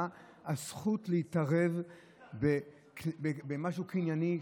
מה הזכות להתערב במשהו קנייני,